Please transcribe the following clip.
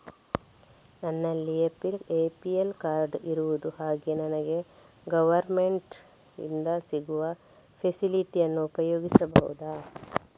ನನ್ನಲ್ಲಿ APL card ಇರುದು ಹಾಗಾಗಿ ನನಗೆ ಗವರ್ನಮೆಂಟ್ ಇಂದ ಸಿಗುವ ಫೆಸಿಲಿಟಿ ಅನ್ನು ಉಪಯೋಗಿಸಬಹುದಾ?